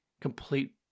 complete